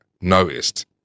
noticed